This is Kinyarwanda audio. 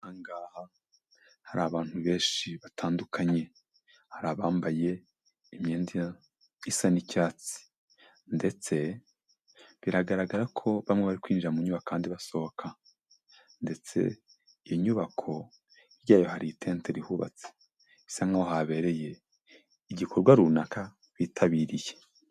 Aha ngaha hari abantu benshi batandukanye, hari abambaye imyenda isa n'icyatsi ndetse biragaragara ko bamwe bari kwinjira mu nyubako, abandi basohoka ndetse inyubako hirya yayo hari itente rihubatse, isa nkaho habereye igikorwa runaka bitabiriye.